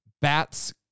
Bats